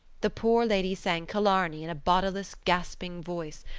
the poor lady sang killarney in a bodiless gasping voice,